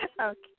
okay